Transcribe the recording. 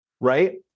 Right